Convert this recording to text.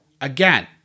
Again